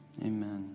Amen